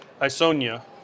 Isonia